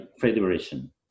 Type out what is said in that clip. federation